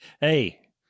hey